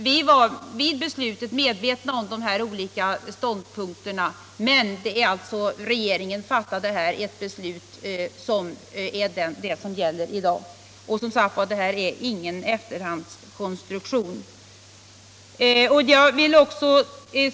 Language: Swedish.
Vi var medvetna om de här olika ståndpunkterna, men regeringen fattade alltså nämnda beslut och det är det som gäller i dag.